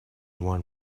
one